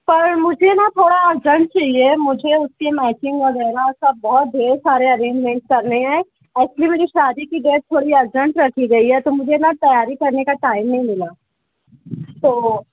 پر مجھے نا تھوڑا جلد چاہیے مجھے اس کی میچنگ وغیرہ سب بہت ڈھیر سارے ارینجمنٹ کرنے ہیں ایکچولی میری شادی کی ڈیٹ تھوڑی ارجنٹ رکھی گئی ہے تو مجھے نا تیاری کرنے کا ٹائم نہیں ملا تو